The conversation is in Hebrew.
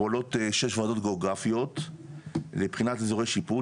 פועלות שש ועדות גיאוגרפיות לבחינת איזורי שיפוט.